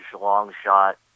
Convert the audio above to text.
long-shot